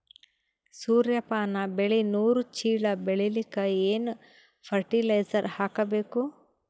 ಸೂರ್ಯಪಾನ ಬೆಳಿ ನೂರು ಚೀಳ ಬೆಳೆಲಿಕ ಏನ ಫರಟಿಲೈಜರ ಹಾಕಬೇಕು?